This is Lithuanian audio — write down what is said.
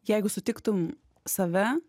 jeigu sutiktum save